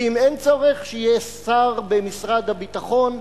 ואם אין צורך, שיהיה שר במשרד הביטחון,